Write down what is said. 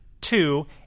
Two